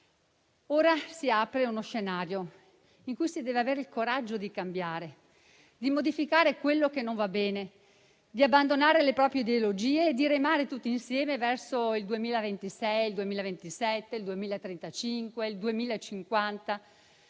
Ora si apre uno scenario in cui si deve avere il coraggio di cambiare, di modificare quello che non va bene, di abbandonare le proprie di ideologie e di remare tutti insieme verso il 2026, il 2027, il 2035 e il 2050.